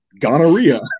Gonorrhea